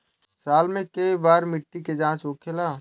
साल मे केए बार मिट्टी के जाँच होखेला?